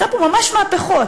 עשה פה ממש מהפכות.